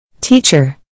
Teacher